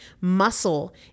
Muscle